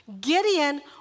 Gideon